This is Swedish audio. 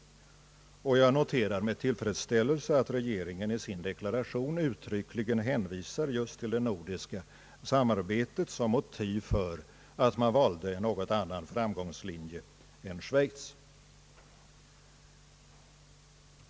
Jag noterar med tillfredsställelse att regeringen i sin deklaration uttryckligen hänvisat just till det nordiska samarbetet som motiv för att man valde en något annorlunda framgångslinje än Schweiz.